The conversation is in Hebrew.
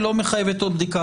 שלא מחייב עוד בדיקה,